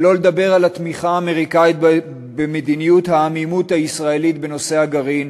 שלא לדבר על התמיכה האמריקנית במדיניות העמימות הישראלית בנושא הגרעין,